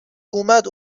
اومد